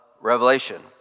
Revelation